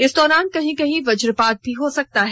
इस दौरान कहीं कहीं वजपात भी हो सकती है